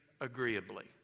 agreeably